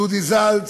דודי זלץ,